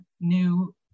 new